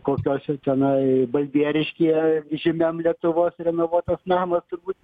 kokiuose tenai balbieriškyje žymiam lietuvos renovuotas namas turbūt